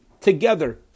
together